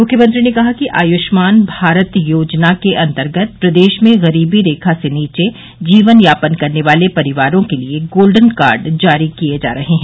मुख्यमंत्री ने कहा कि आयुष्मान भारत योजना के अन्तर्गत प्रदेश में गरीबी रेखा से नीचे जीवन यापन करने वाले परिवारो के लिए गोल्डन कार्ड जारी किये जा रहे हैं